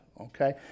Okay